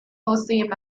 mostly